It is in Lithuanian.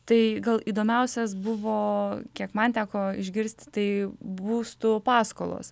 tai gal įdomiausias buvo kiek man teko išgirsti tai būstų paskolos